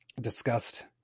discussed